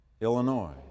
Illinois